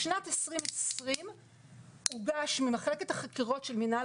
בשנת 2020 הוגשה ממחלקת החקירות של מינהל